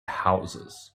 houses